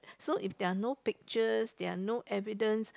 so if they're not pictures they're no evidences